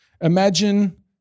Imagine